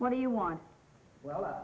what do you want well